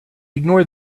ignore